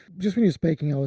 just when you're speaking.